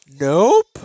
Nope